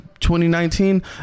2019